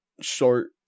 short